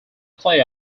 play